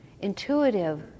intuitive